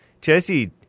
Jesse